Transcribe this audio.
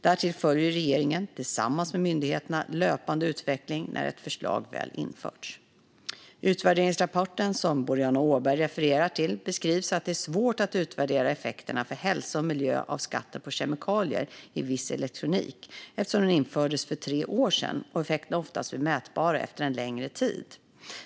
Därtill följer regeringen, tillsammans med myndigheterna, löpande utvecklingen när ett förslag väl införts. I utvärderingsrapporten som Boriana Åberg refererar till beskrivs att det är svårt att utvärdera effekterna för hälsa och miljö av skatten på kemikalier i viss elektronik eftersom den infördes för tre år sedan och effekter oftast blir mätbara efter en längre tid.